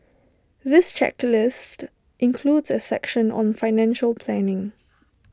this checklist includes A section on financial planning